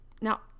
Now